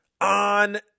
on